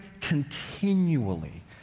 continually